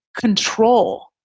control